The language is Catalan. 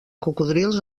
cocodrils